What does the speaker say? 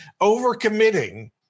overcommitting